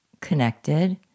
connected